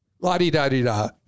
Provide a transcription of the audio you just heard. la-di-da-di-da